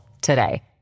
today